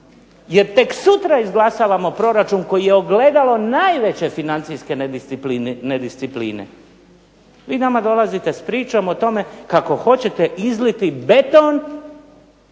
jer tek sutra izglasavamo proračun koji je ogledalo najveće financijske nediscipline. Vi nama dolazite s pričom o tome kako hoćete izliti beton